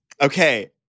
Okay